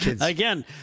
again